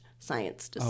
science